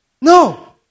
No